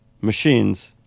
machines